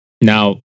Now